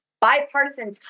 bipartisan